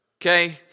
Okay